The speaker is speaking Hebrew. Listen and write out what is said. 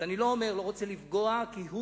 אני לא רוצה לפגוע כהוא-זה